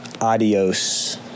Adios